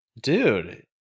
Dude